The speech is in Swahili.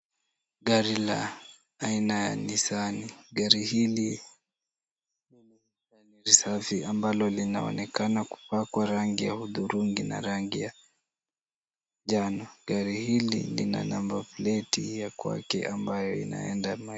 Gari la aina ya aina ya Nisani ,gari hili ni safi ambalo linaonekana kupakwa rangi ya hudhurungi na rangi ya njano, gari hili lina nambapleti ya kwake ambayo inaandamana.